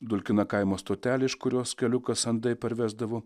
dulkina kaimo stotelė iš kurios keliukas antai parvesdavo